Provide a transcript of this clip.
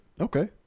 Okay